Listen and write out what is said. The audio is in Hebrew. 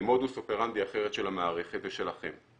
למודוס אופרנדי אחר של המערכת ושלכם.